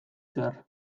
zehar